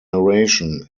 narration